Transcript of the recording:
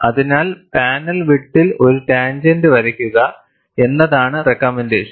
അതിനാൽ പാനൽ വിഡ്ത്തിൽ ഒരു ടാൻജെന്റ് വരയ്ക്കുക എന്നതാണ് റെക്കമെൻറ്റേഷൻ